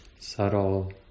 subtle